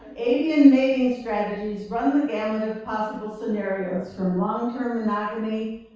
avian mating strategies run the gamut of possible scenarios, from long-term monogamy